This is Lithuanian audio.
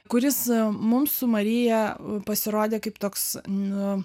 kuris mums su marija pasirodė kaip toks nu